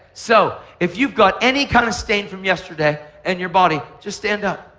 so if you've got any kind of stain from yesterday in your body, just stand up.